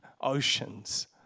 oceans